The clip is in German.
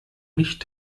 nicht